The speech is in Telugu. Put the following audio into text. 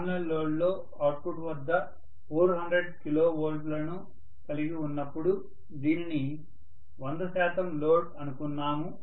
నామినల్ లోడ్లో అవుట్పుట్ వద్ద 400 కిలోవోల్ట్లను కలిగి ఉన్నప్పుడు దీనిని 100 శాతం లోడ్ అనుకున్నాము